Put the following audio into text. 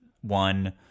one